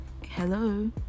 hello